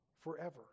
forever